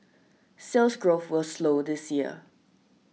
Sales Growth will slow this year